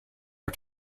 are